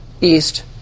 east